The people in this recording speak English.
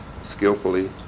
skillfully